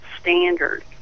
standard